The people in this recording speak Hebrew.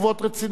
ולכן,